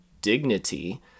dignity